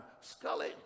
Scully